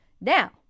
Now